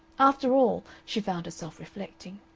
after all, she found herself reflecting,